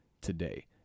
today